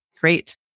great